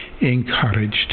encouraged